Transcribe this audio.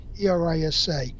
E-R-I-S-A